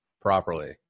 properly